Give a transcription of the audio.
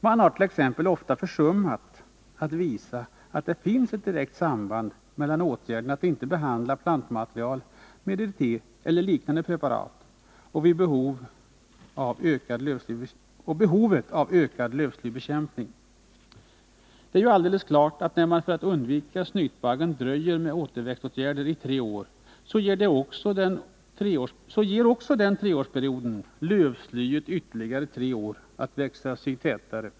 Man har t.ex. ofta försummat att visa att det finns ett direkt samband mellan åtgärden att inte behandla plantmaterial med DDT eller liknande preparat och behovet av ökad lövslybekämpning. Det är ju alldeles klart att när man för att undvika snytbaggen dröjer med återväxtåtgärder i tre år, så ger den treårsperioden lövslyet ytterligare tre år att växa sig tätare.